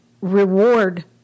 reward